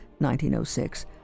1906